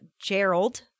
Gerald